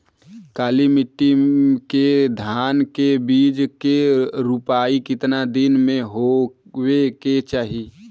काली मिट्टी के धान के बिज के रूपाई कितना दिन मे होवे के चाही?